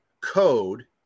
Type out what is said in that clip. code